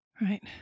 Right